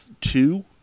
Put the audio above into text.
two